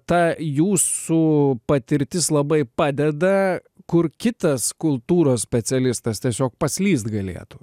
ta jūsų patirtis labai padeda kur kitas kultūros specialistas tiesiog paslyst galėtų